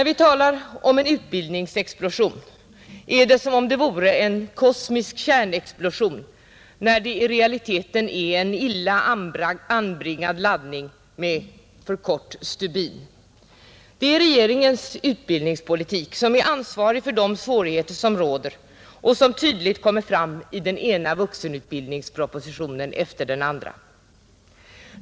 Vi talar om en utbildningsexplosion som om det vore en kosmisk kärnexplosion när det i realiteten är en illa anbringad laddning med för kort stubin, Det är regeringens utbildningspolitik som är ansvarig för de svårigheter som råder och som tydligt kommer fram i den ena vuxenutbildningspropositionen efter den andra.